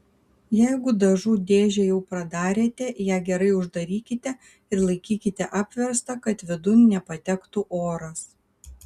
jeigu dažų dėžę jau pradarėte ją gerai uždarykite ir laikykite apverstą kad vidun nepatektų oras